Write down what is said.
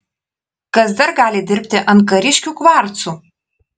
kas dar gali dirbti ant kariškių kvarcų